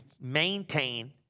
maintain